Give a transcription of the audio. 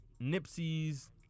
Nipsey's